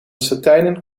satijnen